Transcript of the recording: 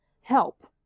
help